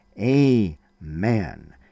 Amen